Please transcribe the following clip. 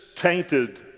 tainted